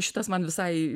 šitas man visai